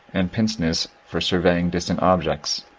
and pince-nez for surveying distant objects.